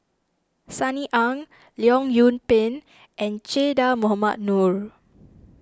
Sunny Ang Leong Yoon Pin and Che Dah Mohamed Noor